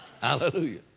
Hallelujah